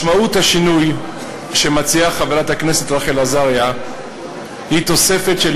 משמעות השינוי שמציעה חברת הכנסת רחל עזריה היא תוספת של